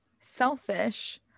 selfish